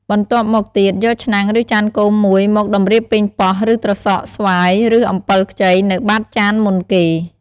បន្ទាប់មកទៀត យកឆ្នាំង ឬចានគោមមួយមកតម្រៀបប៉េងប៉ោះ ឬត្រសក់ ស្វាយ ឬអំពិលខ្ចី នៅបាតចានមុនគេ។